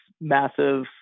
massive